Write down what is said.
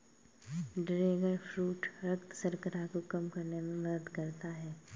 dragon fruit रक्त शर्करा को कम करने में मदद करता है